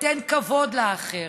ותן כבוד לאחר.